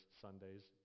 Sundays